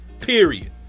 period